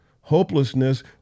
Hopelessness